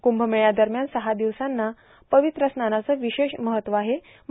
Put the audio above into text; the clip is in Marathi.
कुंभ मेळ्यादरम्यान सहा दिवसांना पवित्र स्नानाचं विशेष महत्व असतं